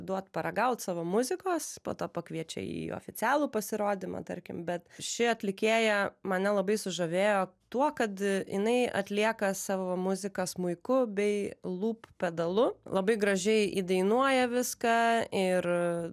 duot paragaut savo muzikos po to pakviečia į oficialų pasirodymą tarkim bet ši atlikėja mane labai sužavėjo tuo kad jinai atlieka savo muziką smuiku bei lūpų pedalu labai gražiai įdainuoja viską ir